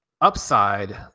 upside